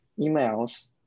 emails